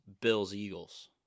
Bills-Eagles